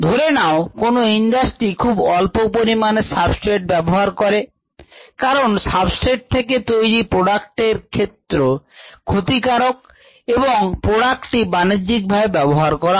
ধরে নাও কোন ইন্ডাস্ট্রি খুব অল্প পরিমাণ সাবস্ট্রেট এর ব্যবহার করে কারণ সাবস্ট্রেট থেকে তৈরি প্রোডাক্ট এর ক্ষেত্রে ক্ষতিকারক এবং প্রডাক্ট টি বাণিজ্যিকভাবে ব্যবহার করা হয়